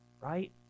right